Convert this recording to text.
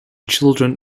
children